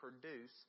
produce